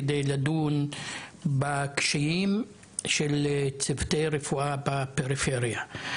כדי לדון בקשיים של צוותי רפואה בפריפריה.